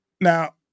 Now